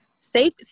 Safe